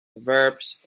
verbs